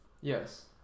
Yes